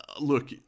Look